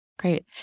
Great